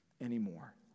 anymore